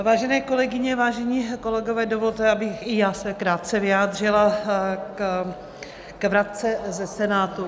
Vážené kolegyně, vážení kolegové, dovolte mi, abych i já se krátce vyjádřila k vratce ze Senátu.